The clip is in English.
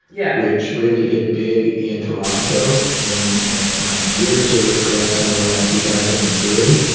yeah. which really hit big in toronto in my years or correct. somewhere around two thousand and three.